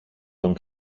τον